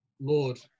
Lord